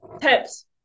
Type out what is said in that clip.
tips